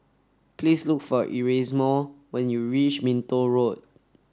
please look for Erasmo when you reach Minto Road